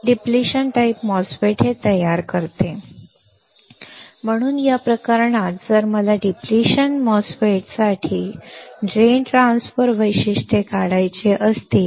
depletion प्रकार MOSFET हे तयार करते म्हणून या प्रकरणात जर मला डिप्लेशन प्रकारासाठी MOSFET साठी ड्रेन ट्रान्सफर वैशिष्ट्ये काढायची असतील